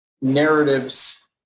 narratives